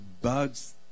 bugs